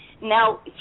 Now